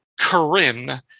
Corinne